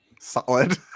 Solid